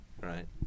right